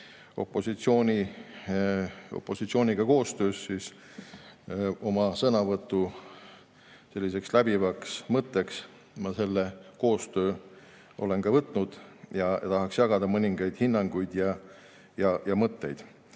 ka opositsiooniga koostööst, siis oma sõnavõtu läbivaks mõtteks ma selle koostöö olen ka võtnud ja tahaksin jagada mõningaid hinnanguid ja mõtteid.